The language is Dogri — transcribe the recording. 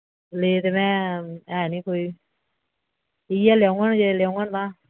ले ते में है निं कोई इ'यै लेओङन जे लेओङन तां